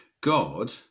God